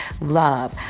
love